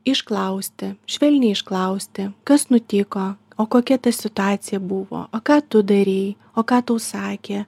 išklausti švelniai išklausti kas nutiko o kokia ta situacija buvo o ką tu darei o ką tau sakė